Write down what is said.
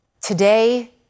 Today